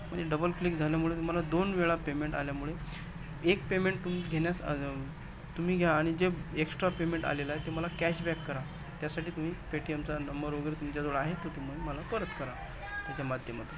म्हणजे double click झाल्यामुळे मला दोन वेळा पेमेंट आल्यामुळे एक पेमेंट तुम्ही घेण्यास तुम्ही घ्या आणि जे एक्स्ट्रा पेमेंट आलेलं आहे ते मला कॅशबॅक करा त्यासाठी तुम्ही पेटीमचा नंबर वगैरे तुमच्याजवळ आहे तर तुम्ही मला परत करा त्याच्या माध्यमातून